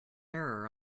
error